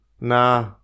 Nah